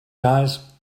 guys